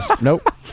Nope